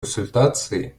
консультации